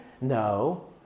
No